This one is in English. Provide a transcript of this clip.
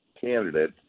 candidate